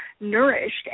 nourished